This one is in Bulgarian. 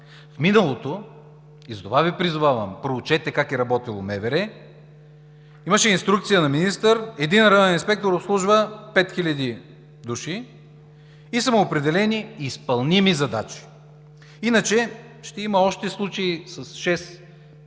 В миналото – и затова Ви призовавам да проучите как е работило МВР, имаше инструкция на министър: един районен инспектор да обслужва 5000 души и са му определени изпълними задачи. Иначе ще има още случаи с шест или